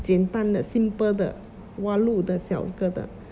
简单的 simple 的挖路的小个的